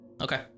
Okay